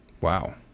Wow